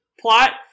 plot